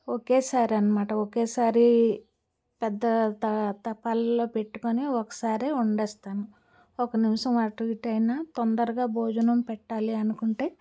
ఒకేసారి అనమాట ఒకేసారి పెద్ద త తపాలలో పెట్టుకొని ఒకసారే వండేస్తాను ఒక నిమిషం అటు ఇటు అయినా తొందరగా భోజనం పెట్టాలి అనుకుంటే